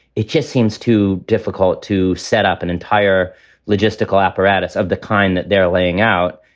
it just seems too difficult to set up an entire logistical apparatus of the kind that they're laying out.